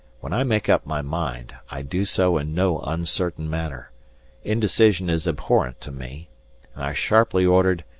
when i make up my mind, i do so in no uncertain manner indecision is abhorrent to me and i sharply ordered,